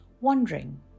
wondering